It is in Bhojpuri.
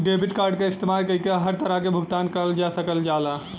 डेबिट कार्ड क इस्तेमाल कइके हर तरह क भुगतान करल जा सकल जाला